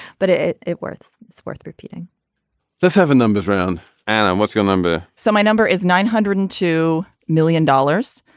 but is it worth it's worth repeating the seven numbers round and um what's your number so my number is nine hundred and two million dollars.